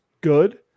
good